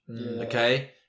okay